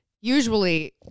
Usually